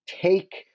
Take